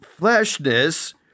fleshness